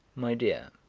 my dear,